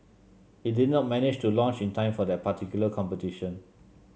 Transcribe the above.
it did not manage to launch in time for that particular competition